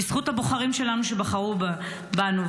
בזכות הבוחרים שלנו שבחרו בנו.